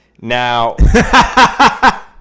Now